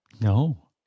No